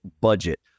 budget